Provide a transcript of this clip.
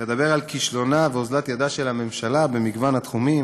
לדבר על כישלונה ואוזלת ידה של הממשלה במגוון תחומים,